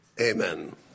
Amen